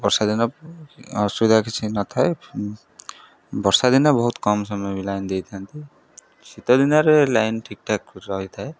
ବର୍ଷା ଦିନ ଅସୁବିଧା କିଛି ନଥାଏ ବର୍ଷା ଦିନେ ବହୁତ କମ୍ ସମୟ ବି ଲାଇନ୍ ଦେଇଥାନ୍ତି ଶୀତ ଦିନରେ ଲାଇନ୍ ଠିକ୍ ଠାକ୍ ରହିଥାଏ